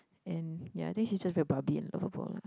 and ya I think she's just very Barbie and lovable lah